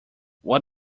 what